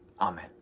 Amen